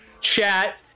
Chat